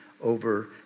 over